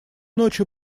ночью